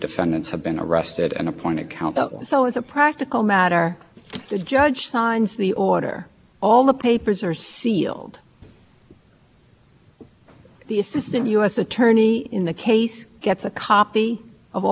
i would assume a copy is given to the assistant united states attorney and the law and it gives them and the district court gives its authorization to law enforcement to initiate the wiretap at that time by signing the order as well as another document that's not in